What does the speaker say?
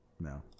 No